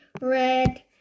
red